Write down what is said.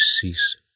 cease